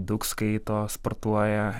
daug skaito sportuoja